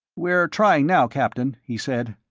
we're trying now, captain, he said.